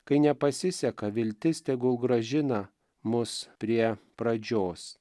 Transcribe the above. kai nepasiseka viltis tegul grąžina mus prie pradžios